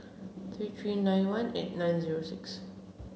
three three nine one eight nine zero six